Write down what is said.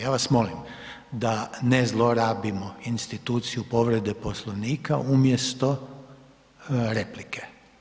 Ja vas molim da ne zlorabimo instituciju povrede Poslovnika umjesto replike.